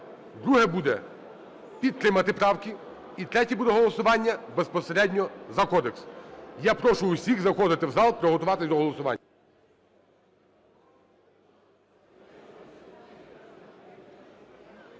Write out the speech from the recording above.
Друге буде – підтримати правки. І третє буде голосування безпосередньо за Кодекс. Я прошу усіх заходити в зал, приготуватися до голосування.